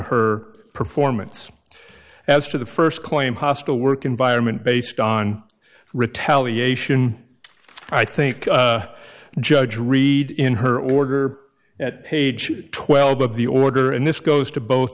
her performance as to the st claim hostile work environment based on retaliate i think judge read in her order at page twelve of the order and this goes to both